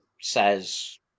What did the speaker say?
says